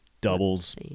doubles